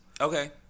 Okay